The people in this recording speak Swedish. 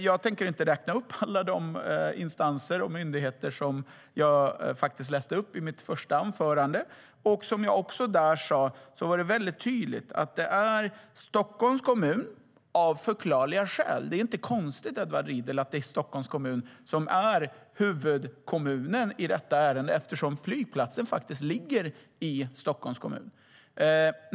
Jag tänker inte räkna upp alla de instanser och myndigheter som jag faktiskt läste upp i mitt första anförande. Som jag också sa var det väldigt tydligt att det är Stockholms kommun av förklarliga skäl. Det är inte konstigt, Edward Riedl, att det är Stockholms kommun som är huvudkommunen i detta ärende eftersom flygplatsen faktiskt ligger i Stockholms kommun.